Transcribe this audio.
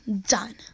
done